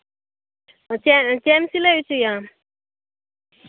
ᱪᱮᱫ ᱪᱮᱫ ᱮᱢ ᱥᱤᱞᱟᱭ ᱦᱚᱪᱚᱭᱟ